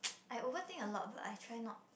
I overthink a lot but I try not